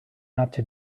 not